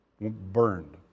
burned